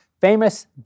famous